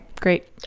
Great